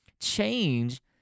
change